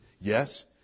Yes